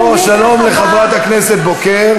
אוה, שלום לחברת הכנסת בוקר.